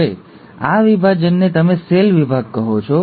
હવે આ વિભાજનને તમે સેલ વિભાગ કહો છો